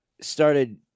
started